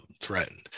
threatened